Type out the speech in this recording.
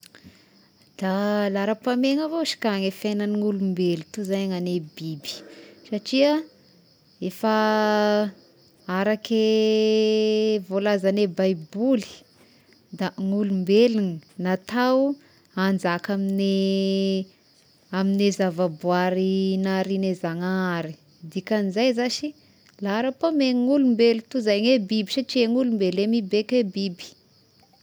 Da laharam-pahamegna vao izy ka ny fiaignan'olombelo toy izay ny agny biby satria efa arake voalazagne baiboly da ny olombegna natao hanjaka amin'ny amin'ny zavaboary naharian'gne zanahary, dikagn'izay zashy laharam-pahamehagna ny olombelo toy izay gne biby satria ny olombelo mibaike biby.